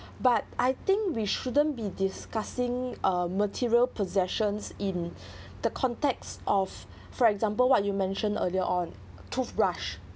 but I think we shouldn't be discussing uh material possessions in the context of for example what you mentioned earlier on toothbrush